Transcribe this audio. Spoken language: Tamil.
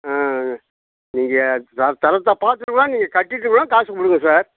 ஆ நீங்கள் தர தரத்தை பார்த்துட்டு கூட நீங்கள் கட்டிட்டு கூட காசு கொடுங்க சார்